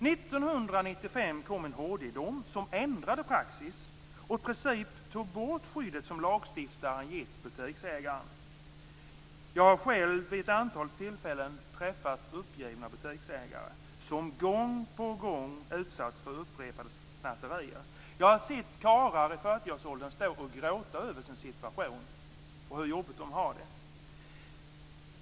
1995 kom en HD dom som ändrade praxis och i princip tog bort det skydd som lagstiftaren gett butiksägaren. Jag har själv vid ett antal tillfällen träffat uppgivna butiksägare som gång på gång utsatts för snatterier. Jag har sett karlar i 40-årsåldern stå och gråta över sin situation och över hur jobbigt de har det.